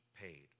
paid